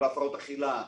בהפרעות אכילה,